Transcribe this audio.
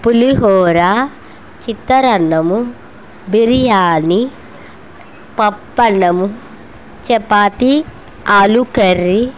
పులిహోర చిత్రన్నము బిర్యాని పప్పన్నము చపాతి ఆలు కర్రీ